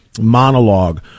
monologue